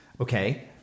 okay